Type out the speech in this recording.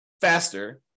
faster